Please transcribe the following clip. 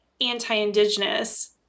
anti-Indigenous